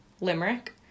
limerick